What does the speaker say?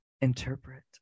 interpret